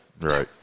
right